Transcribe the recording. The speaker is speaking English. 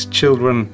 children